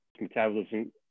metabolism